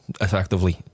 effectively